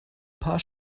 paar